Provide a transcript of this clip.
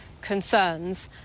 concerns